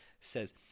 says